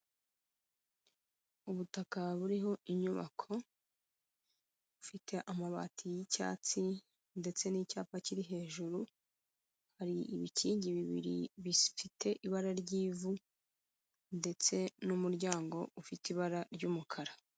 Ubutaka buriho inyubako ifite amabati y'icyatsi ndetse n'icyapa kiri hejuru, hari ibikingi bibiri bifite ibara ry'ivu ndetse n'umuryango ufite ibara ry'umukara.